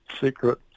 secret